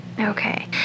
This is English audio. Okay